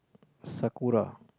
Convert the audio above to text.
sakura